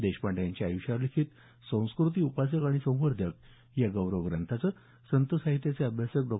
देशपांडे यांच्या आयुष्यावर लिखीत संस्कृती उपासक आणि संवर्धक या गौरव प्रंथाचं संतसाहित्याचे अभ्यासक डॉ